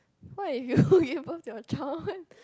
what if you give birth to your child and